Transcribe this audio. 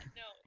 no